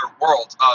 world